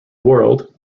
world